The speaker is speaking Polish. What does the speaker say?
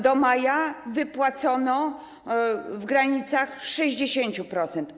Do maja wypłacono w granicach 60%.